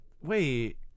Wait